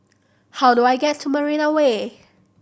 how do I get to Marina Way